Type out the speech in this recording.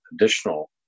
additional